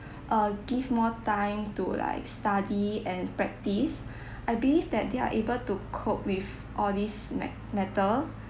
uh give more time to like study and practice I believe that they are able to cope with all these matt~ matter